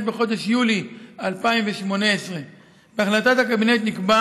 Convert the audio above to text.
בחודש יולי 2018. בהחלטת הקבינט נקבע